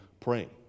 praying